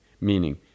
meaning